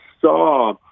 saw